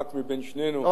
לא, אבל אתה שכן שלי.